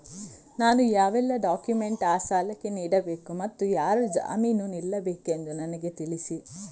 ನಾನು ಯಾವೆಲ್ಲ ಡಾಕ್ಯುಮೆಂಟ್ ಆ ಸಾಲಕ್ಕೆ ನೀಡಬೇಕು ಮತ್ತು ಯಾರು ಜಾಮೀನು ನಿಲ್ಲಬೇಕೆಂದು ನನಗೆ ತಿಳಿಸಿ?